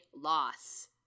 loss